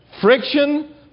friction